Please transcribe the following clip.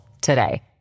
today